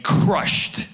crushed